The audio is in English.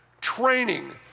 Training